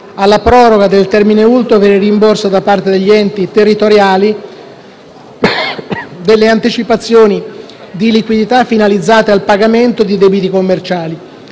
alla proroga del termine ultimo per il rimborso da parte degli enti territoriali delle anticipazioni di liquidità finalizzate al pagamento di debiti commerciali;